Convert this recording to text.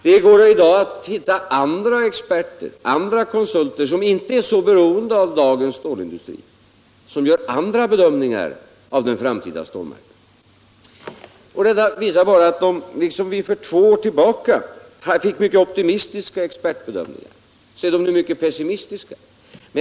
Det går att hitta andra experter och andra konsulter som inte är så beroende av dagens stålindustri och som gör andra bedömningar av den framtida stålmarknaden. Liksom vi för två år sedan fick mycket optimistiska expertbedömningar får vi nu mycket pessimistiska sådana.